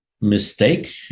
mistake